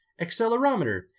Accelerometer